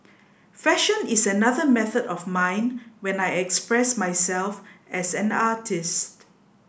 fashion is another method of mine when I express myself as an artist